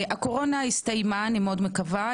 הקורונה הסתיימה אני מאוד מקווה,